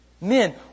Men